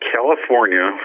California